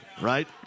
right